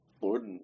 Lord